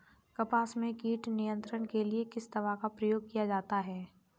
कपास में कीट नियंत्रण के लिए किस दवा का प्रयोग किया जाता है?